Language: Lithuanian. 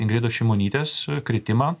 ingridos šimonytės kritimą